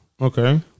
Okay